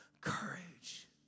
courage